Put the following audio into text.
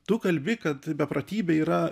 tu kalbi kad beprotybė yra